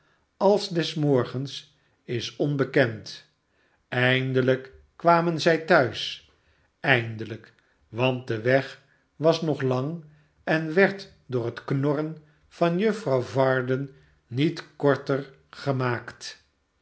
als des morgens is onbekend eindelijk kwamen zij thuis eindelijk want de weg was nog lang en werd door het knorren van juffrouw varden niet korter gemaakt